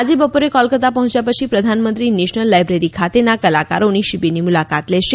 આજે બ ોરે કોલકાતા હોંચ્યા છી પ્રધાનમંત્રી નેશનલ લાઇબ્રેરી ખાતેના કલાકારોની શિબિરની મુલાકાત લેશે